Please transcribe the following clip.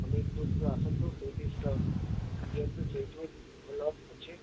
ଆମ ଏଠିକୁ ଆସନ୍ତୁ କୋଉ କୋଉ ଷ୍ଟଲ୍ ଦିଅନ୍ତୁ ସେଇଠୁ ଭଲ ଅଛି